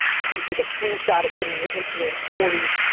please take a screenshot and put in your instagram stories.